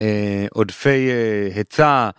עודפי היצע